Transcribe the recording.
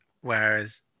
whereas